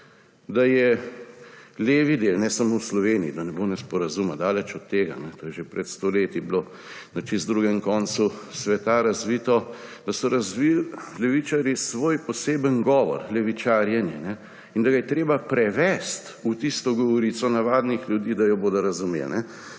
Da je levi del – ne samo v Sloveniji, da ne bo nesporazuma, daleč od tega, to je bilo že pred stoletji na čisto drugem koncu sveta razvito – da so razvili levičarji svoj posebni govor levičarjenje in da ga je treba prevesti v govorico navadnih ljudi, da jo bodo razumeli.